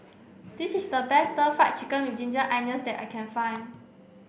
this is the best stir fry chicken with ginger onions that I can find